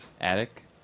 attic